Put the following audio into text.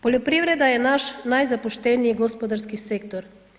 Poljoprivreda je naš najzapušteniji gospodarski sektor.